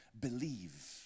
Believe